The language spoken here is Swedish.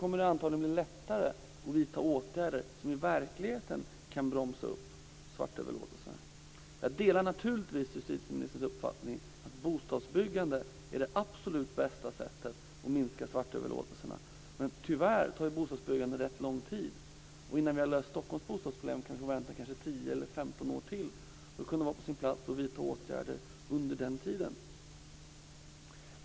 Det blir då antagligen lättare att vidta åtgärder som i verkligheten kan bromsa upp de svarta överlåtelserna. Jag delar naturligtvis justitieministerns uppfattning att bostadsbyggande är det absolut bästa sättet att minska svartöverlåtelserna. Tyvärr tar bostadsbyggande lång tid. När det gäller Stockholms bostadsproblem kan vi få vänta 10-15 år till. Då kan det vara på sin plats att vidta åtgärder under tiden.